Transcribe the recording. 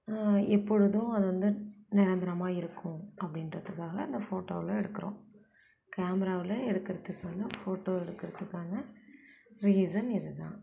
எப்பொழுதும் அது வந்து நிரந்தரமா இருக்கும் அப்படின்றதுக்காக அந்த ஃபோட்டோவில் எடுக்கிறோம் கேமராவில் எடுக்கிறதுக்கான ஃபோட்டோ எடுக்கிறதுக்கான ரீசன் இதுதான்